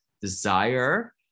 desire